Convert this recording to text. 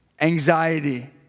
Anxiety